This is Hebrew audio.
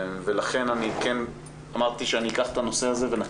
לכן אני אמרתי שאני אקח את הנושא הזה ולראשונה